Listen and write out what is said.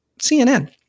CNN